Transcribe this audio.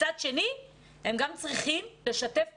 מצד שני, הם גם צריכים לשתף פעולה.